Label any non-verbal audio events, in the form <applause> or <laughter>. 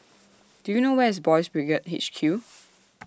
Do YOU know Where IS Boys' Brigade H Q <noise>